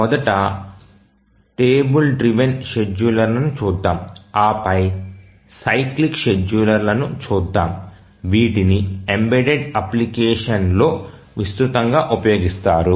మొదట table driven షెడ్యూలర్ను చూద్దాం ఆ పై సైక్లిక్ షెడ్యూలర్ను చూద్దాం వీటిని ఎంబెడెడ్ అప్లికేషన్లో విస్తృతంగా ఉపయోగిస్తారు